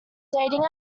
dating